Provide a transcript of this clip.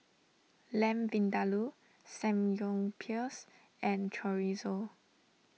Lamb Vindaloo Samgyeopsal and Chorizo